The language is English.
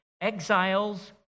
exiles